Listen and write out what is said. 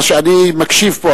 אני מקשיב פה.